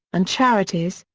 and charities,